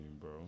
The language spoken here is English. bro